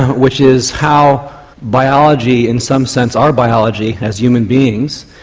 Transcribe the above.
which is how biology in some sense, our biology as human beings,